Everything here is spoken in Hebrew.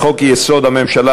לחוק-יסוד: הממשלה,